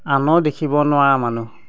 আনৰ দেখিব নোৱাৰা মানুহ